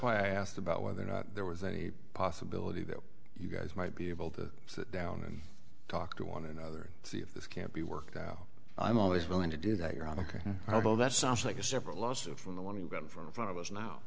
why i asked about whether or not there was a possibility that you guys might be able to sit down and talk to one another and see if this can't be worked out i'm always willing to do that you're on the problem that sounds like a separate lawsuit from the one you got from the front of us now